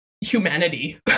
humanity